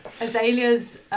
Azalea's